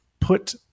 put